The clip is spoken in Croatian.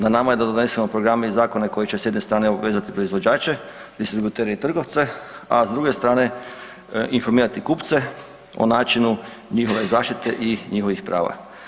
Na nama je da donesemo programe i zakone koji će s jedne strane obvezati proizvođače, distributere i trgovce, a s druge strane informirati kupce o načinu njihove zaštite i njihovih prava.